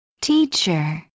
Teacher